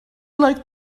like